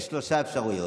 יש שלושה אפשרויות.